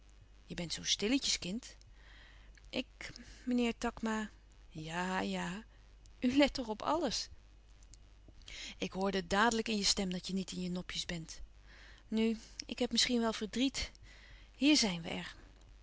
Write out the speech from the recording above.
je bent zoo stilletjes kind ik meneer takma ja ja u let toch alles op louis couperus van oude menschen de dingen die voorbij gaan ik hoorde het dadelijk in je stem dat je niet in je nopjes bent nu ik heb misschien wel verdriet hier zijn we